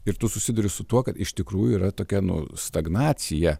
ir tu susiduri su tuo kad iš tikrųjų yra tokia nu stagnacija